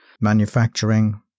manufacturing